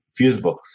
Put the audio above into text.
Fusebox